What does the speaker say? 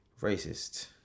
racist